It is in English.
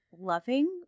loving